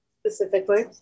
Specifically